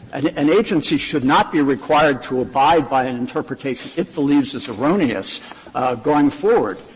an an agency should not be required to abide by an interpretation it believes is erroneous going forward.